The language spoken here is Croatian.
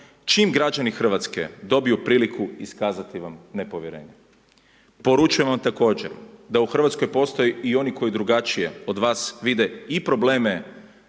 čim građani Hrvatske dobiju priliku iskazati vam nepovjerenje. Poručujem vam također, da u Hrvatskoj postoje i oni koji drugačije od vas vide i probleme